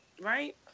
Right